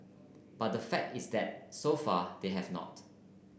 but the fact is that so far they have not